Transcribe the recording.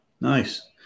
Nice